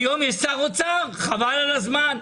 היום יש שר אוצר חבל על הזמן.